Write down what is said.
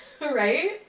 right